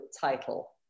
title